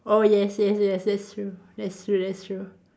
oh yes yes yes that's true that's true that's true